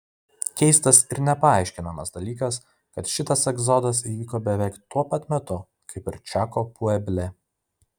keistas ir nepaaiškinamas dalykas kad šitas egzodas įvyko beveik tuo pat metu kaip ir čako pueble